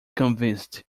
convinced